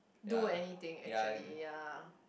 do anything actually ya